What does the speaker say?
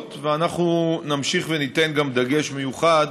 אנחנו נמשיך וניתן דגש מיוחד